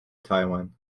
taiwan